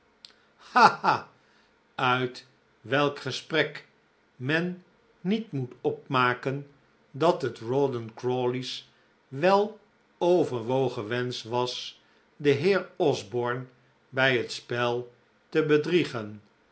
uit welk gesprek men niet moet opmaken dat het rawdon crawley's weloverwogen wensch was den heer osborne bij het spel te bedriegen